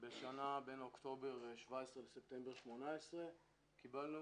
בשנה בין אוקטובר 17' לספטמבר 18'. קיבלנו